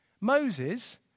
Moses